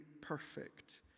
perfect